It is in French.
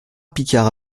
picard